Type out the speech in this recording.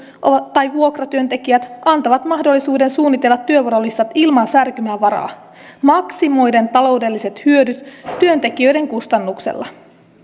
tai vuokratyöntekijät antavat mahdollisuuden suunnitella työvuorolistat ilman särkymävaraa maksimoiden taloudelliset hyödyt työntekijöiden kustannuksella